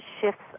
shifts